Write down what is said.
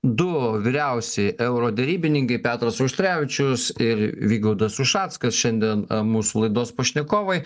du vyriausi euroderybininkai petras auštrevičius ir vygaudas ušackas šiandien mūsų laidos pašnekovai